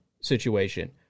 situation